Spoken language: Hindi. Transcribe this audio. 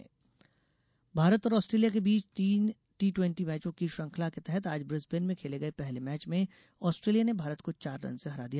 किकेट भारत और आस्ट्रेलिया के बीच तीन टी ट़वेंटी मैचों की श्रंखला के तहत आज ब्रिसबेन में खेले गये पहले मैच में आस्ट्रेलिया ने भारत को चार रन से हरा दिया